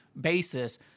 basis